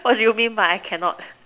what do you mean by I cannot